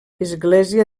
església